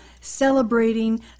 celebrating